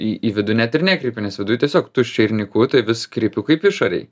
į į vidų net ir nekreipiu nes viduj tiesiog tuščia ir nyku tai vis kreipiu kaip išorėj